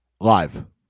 Live